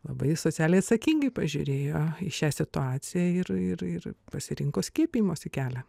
labai socialiai atsakingai pažiūrėjo į šią situaciją ir ir ir pasirinko skiepijimosi kelią